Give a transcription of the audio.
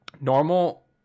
Normal